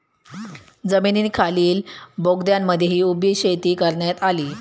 जमिनीखालील बोगद्यांमध्येही उभी शेती करण्यात आली